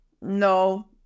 no